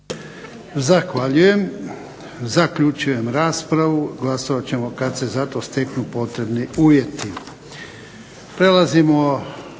Zahvaljujem. Zaključujem raspravu. Glasovat ćemo kad se za to steknu potrebni uvjeti.